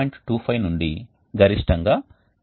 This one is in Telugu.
25 నుండి గరిష్టంగా 10